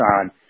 on